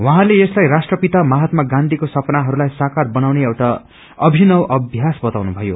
उहाँले यसलाई राष्ट्रपिता महात्या गाँचीको सपनाहरूलाई साक्वर बनाउने एउटा अभिनव अभ्यास बताउनुथयो